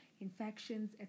infections